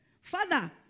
Father